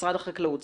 משרד החקלאות.